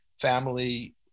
family